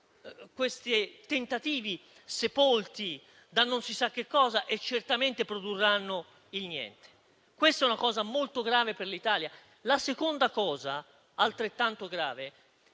questi tentativi finiranno sepolti da non si sa che cosa e certamente produrranno il niente. È una cosa molto grave per l'Italia. La seconda cosa altrettanto grave è